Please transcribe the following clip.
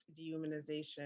dehumanization